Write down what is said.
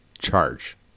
charge